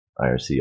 IRC